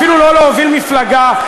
אפילו לא להוביל מפלגה.